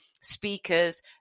speakers